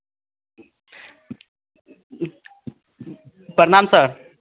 प्रणाम सर